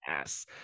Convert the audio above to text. yes